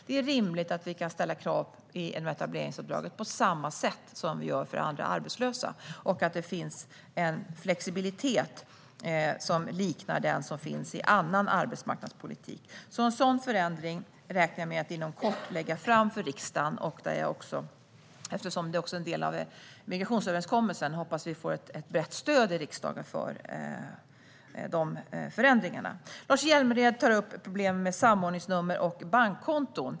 Det är rimligt att vi kan ställa krav inom etableringsuppdraget på samma sätt som vi gör för andra arbetslösa och att det finns en flexibilitet som liknar den som finns i annan arbetsmarknadspolitik. Ett förslag på en sådan förändring räknar jag med att inom kort lägga fram för riksdagen. Jag hoppas, eftersom det också är en del av migrationsöverenskommelsen, att vi får ett brett stöd i riksdagen för de förändringarna. Lars Hjälmered tar upp problem med samordningsnummer och bankkonton.